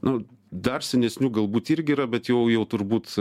nu dar senesnių galbūt irgi yra bet jau jau turbūt